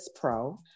Pro